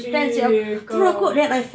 eh kau